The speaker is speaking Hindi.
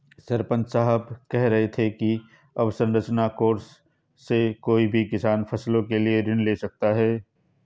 सरपंच साहब कह रहे थे कि अवसंरचना कोर्स से कोई भी किसान फसलों के लिए ऋण ले सकता है